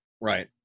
Right